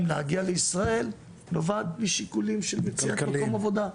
להגיע לישראל נובעת משיקולים של מציאת מקום עבודה,